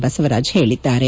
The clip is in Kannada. ಬಸವರಾಜ್ ಹೇಳಿದ್ದಾರೆ